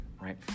right